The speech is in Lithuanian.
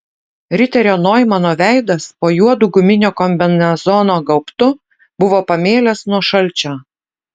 riterio noimano veidas po juodu guminio kombinezono gaubtu buvo pamėlęs nuo šalčio